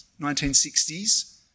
1960s